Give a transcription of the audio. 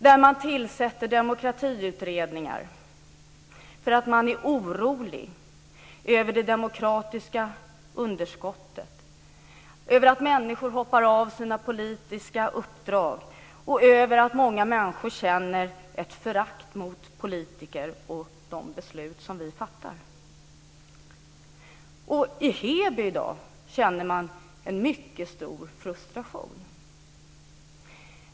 Det tillsätts demokratiutredningar därför att man är orolig över det demokratiska underskottet, över att människor hoppar av sina politiska uppdrag och över att många människor känner förakt mot politiker och de beslut som vi fattar. I Heby i dag känner man en mycket stor frustration.